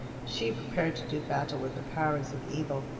she prepared to do battle with the powers of evil.